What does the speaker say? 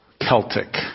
Celtic